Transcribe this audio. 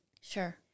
Sure